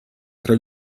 tra